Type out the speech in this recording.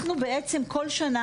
כל שנה